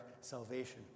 salvation